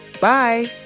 Bye